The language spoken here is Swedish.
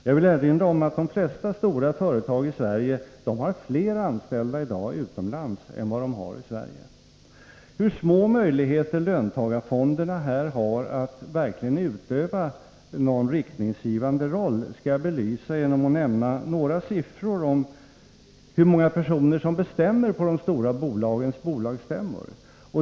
Jag vill erinra om att de flesta svenska storföretag i dag har fler anställda utomlands än de har i Sverige. Hur små möjligheter löntagarfonderna har att verkligen utöva någon riktningsgivande roll skall jag belysa genom att nämna några siffor om hur många personer som bestämmer på de stora bolagens bolagsstämmor.